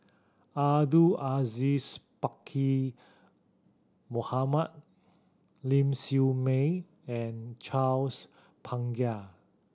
Abdul Aziz Pakkeer Mohamed Ling Siew May and Charles Paglar